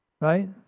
right